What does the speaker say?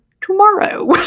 tomorrow